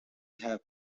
have